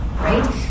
Right